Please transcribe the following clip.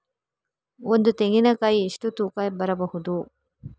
ಒಂದು ತೆಂಗಿನ ಕಾಯಿ ಎಷ್ಟು ತೂಕ ಬರಬಹುದು?